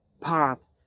path